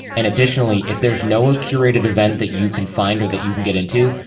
and additionally, if there's no curated event that you can find or that you can get into,